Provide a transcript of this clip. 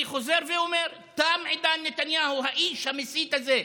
אני חוזר ואומר: תם עידן נתניהו, האיש המסית הזה,